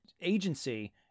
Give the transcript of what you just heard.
agency